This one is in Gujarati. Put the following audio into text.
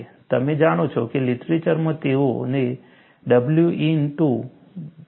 તમે જાણો છો કે લીટરેચરમાં તેઓએ તેને W ઇન ટુ dy તરીકે મૂક્યું છે